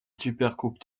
supercoupe